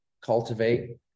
cultivate